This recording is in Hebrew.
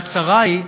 והצרה היא